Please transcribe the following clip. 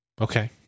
Okay